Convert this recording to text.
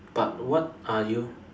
but what are you